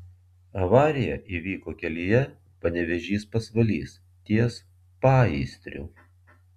avarija įvyko kelyje panevėžys pasvalys ties paįstriu